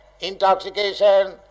intoxication